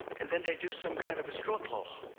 and then they do some kind of a straw poll.